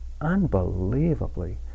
unbelievably